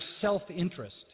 self-interest